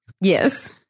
Yes